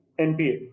NPA